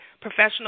professional